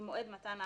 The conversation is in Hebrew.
ממועד מתן ההחלטה,